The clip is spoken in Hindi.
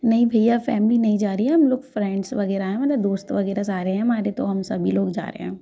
नहीं भैया फैमिली नहीं जा रही है हम लोग फ्रेंड्स वगैरह हैं मतलब दोस्त वगैरह सारे हैं हमारे तो हम सभी लोग जा रहे हैं